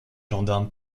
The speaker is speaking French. gendarmes